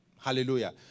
Hallelujah